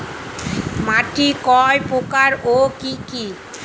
মাটি কয় প্রকার ও কি কি?